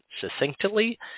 succinctly